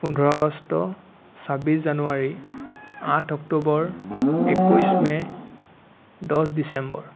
পোন্ধৰ আগষ্ট ছাব্বিছ জানুৱাৰী আঠ অক্টোবৰ একৈছ মে' দহ ডিচেম্বৰ